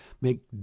make